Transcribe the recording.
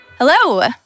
Hello